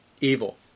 evil